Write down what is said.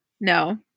No